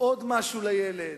עוד משהו לילד,